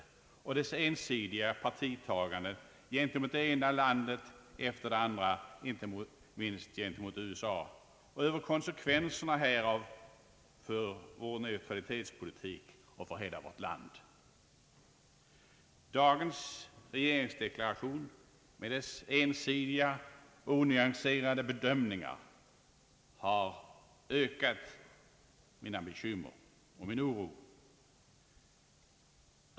Vidare är det regeringens ensidiga partitagande mot det ena landet efter det andra, inte minst mot USA, och konsekvenserna härav för vår neutralitetspolitik och för hela vårt land som jag bekymrar mig för. Dagens regeringsdeklaration med dess ensidiga, onyanserade bedömningar har ökat mina bekymmer och min oro.